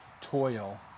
toil